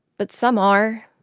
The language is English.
but some are.